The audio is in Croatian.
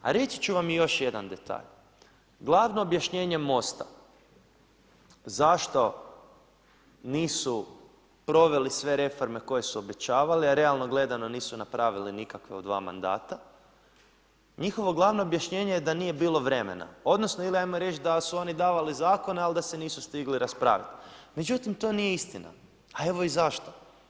A reći ću vam i još jedan detalj, glavno objašnjenje Most-a zašto nisu proveli sve reforme koje su obećavali, a realno gledano nisu napravili nikakva u dva mandata, njihovo glavno objašnjenje je da nije bilo vremena odnosno da su oni davali zakone, ali da se nisu stigli raspraviti, međutim to nije istina, a evo i zašto.